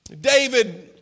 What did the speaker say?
David